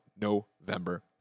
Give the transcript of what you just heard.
November